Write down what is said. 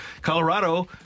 Colorado